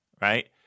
right